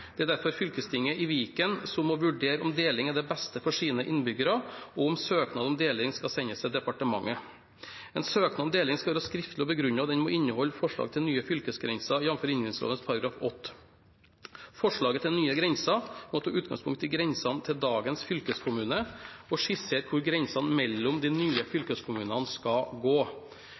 Det er derfor fylkestinget i Viken som må vurdere om deling er det beste for sine innbyggere, og om søknad om deling skal sendes til departementet. En søknad om deling skal være skriftlig og begrunnet, og den må inneholde forslag til nye fylkesgrenser, jf. inndelingsloven § 8. Forslaget til nye grenser må ta utgangspunkt i grensene til dagens fylkeskommune og skissere hvor grensen mellom de nye fylkeskommunene skal gå.